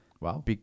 Wow